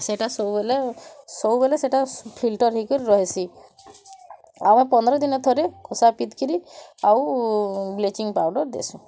ସେଟା ସବୁବେଲେ ସବୁବେଲେ ସେଟା ଫିଲ୍ଟର୍ ହେଇ କରି ରହେସି ଆମେ ପନ୍ଦର୍ ଦିନେ ଥରେ କଷା ଫିଟକିରି ଆଉ ବ୍ଲିଚିଙ୍ଗ ପାଉଡ଼ର୍ ଦେସୁ